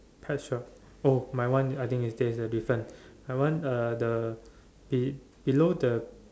pet shop oh my one I think is there's a difference my one uh the be~ below the